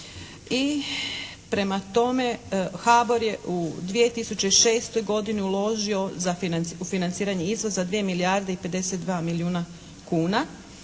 I prema tome, HBOR je u 2006. godini uložio u financiranje izvoza 2 milijarde i 52 milijuna kuna.